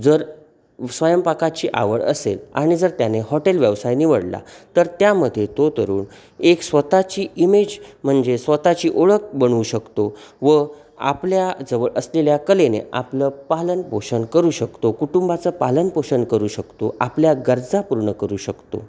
जर स्वयंपाकाची आवड असेल आणि जर त्याने हॉटेल व्यवसाय निवडला तर त्यामध्ये तो तरुण एक स्वतःची इमेज म्हणजे स्वतःची ओळख बनवू शकतो व आपल्याजवळ असलेल्या कलेने आपलं पालनपोषण करू शकतो कुटुंबाचं पालनपोषण करू शकतो आपल्या गरजा पूर्ण करू शकतो